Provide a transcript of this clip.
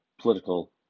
political